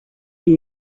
that